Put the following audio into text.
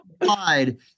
applied